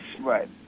Right